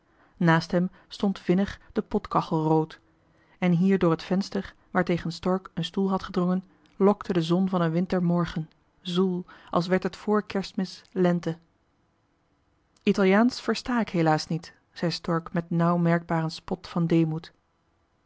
naast hem stond vinnig de potkachel rood en hier door het venster waartegen stork een stoel had gedrongen lokte de zon van een wintermorgen zoel als werd het vr kerstmis lente italiaansch versta ik helaas niet zei stork met nauw merkbaren spot van deemoed